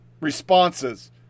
Responses